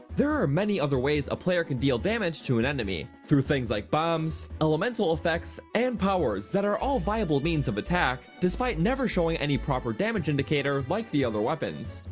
there are many other ways a player can deal damage to an enemy through things like bombs, elemental effects, and powers, that are all viable means of attack, despite never showing any proper damage indicator like the other weapons.